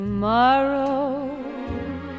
Tomorrow